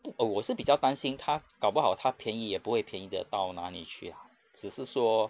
oh 我是比较担心他搞不好他便宜也不会便宜得到哪里去 ah 只是说